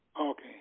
Okay